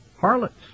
harlots